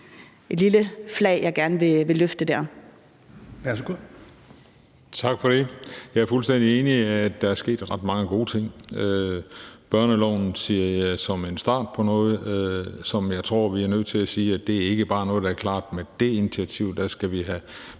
Værsgo. Kl. 13:14 Christian Juhl (EL): Tak for det. Jeg er fuldstændig enig i, at der er sket ret mange gode ting. Børneloven ser jeg som en start på noget, som jeg tror vi er nødt til at sige ikke bare er noget, der er klaret med det initiativ. Der skal vi have